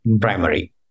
primary